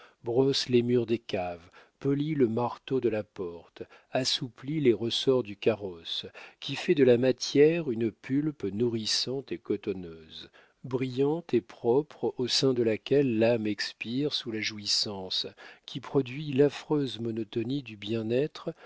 brosse les murs des caves polit le marteau de la porte assouplit les ressorts du carrosse qui fait de la matière une pulpe nourrissante et cotonneuse brillante et propre au sein de laquelle l'âme expire sous la jouissance qui produit l'affreuse monotonie du bien-être